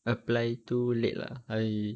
apply too late lah I